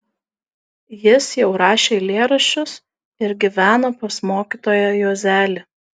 jis jau rašė eilėraščius ir gyveno pas mokytoją juozelį